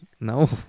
No